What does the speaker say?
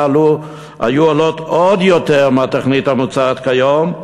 היו עולות עוד יותר מאשר בתוכנית המוצעת כיום,